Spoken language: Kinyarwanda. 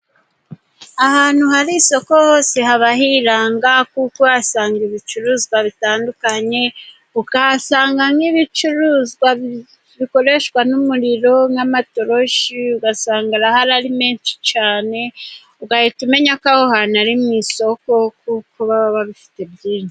Ahantu hari isoko hose haba hiranga, kuko uhasanga ibicuruzwa bitandukanye, ukahasanga nk'ibicuruzwa bikoreshwa n'umuriro nk' matoroshi, ugasanga arahari ari menshi cyane, ugahita umenya ko aho hantu ari mu isoko, kuko baba babifite byinshi.